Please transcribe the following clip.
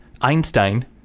Einstein